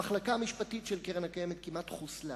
המחלקה המשפטית של הקרן הקיימת כמעט חוסלה,